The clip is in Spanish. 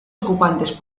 ocupantes